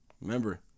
Remember